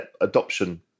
adoption